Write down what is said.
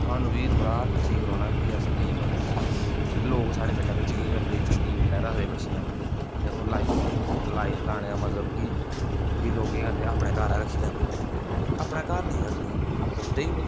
थुआनू बी थोह्ड़ा ठीक रौह्ना कि अस देई ओड़ी लोक साढ़े पिंडै बिच्च केह् करदे कि केईं बारी रखदे बच्छियां ते ओह् लाई ओड़दे लाने दे मतलब कि फ्ही लोक केह् करदे अपने घर गै रक्खी लैंदे अपने घर नेईं रक्खनी तुस देई ओड़ो